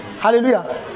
Hallelujah